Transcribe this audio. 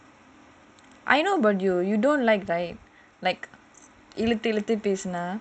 I know about you you also don't like right இழுத்து இழுத்து பேசுவான்:iluthu iluthu pesuvaan